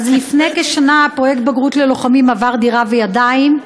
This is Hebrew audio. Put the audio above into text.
לפני כשנה פרויקט "בגרות לוחמים" עבר דירה וידיים,